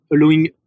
allowing